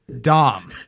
dom